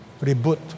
reboot